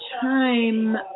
time